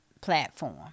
platform